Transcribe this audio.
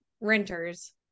renters